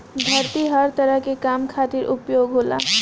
धरती हर तरह के काम खातिर उपयोग होला